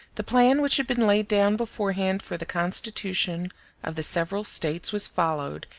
the plan which had been laid down beforehand for the constitutions of the several states was followed,